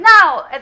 now